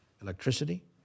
electricity